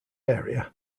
area